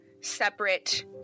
separate